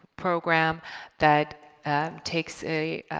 program that takes a